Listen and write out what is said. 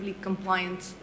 compliant